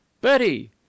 Betty